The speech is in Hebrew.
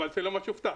אבל תן לו מה שהובטח.